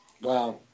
Wow